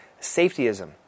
safetyism